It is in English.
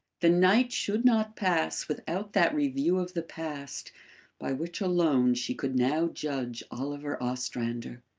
the night should not pass without that review of the past by which alone she could now judge oliver ostrander.